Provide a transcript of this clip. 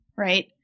Right